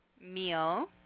meal